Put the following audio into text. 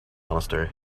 monastery